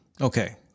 Okay